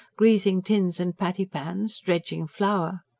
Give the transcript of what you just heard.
greasing tins and patty-pans, dredging flour.